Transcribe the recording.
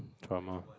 drama